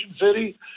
City